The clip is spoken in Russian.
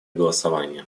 голосования